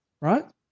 Right